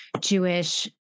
Jewish